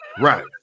Right